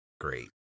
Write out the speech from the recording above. Great